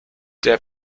der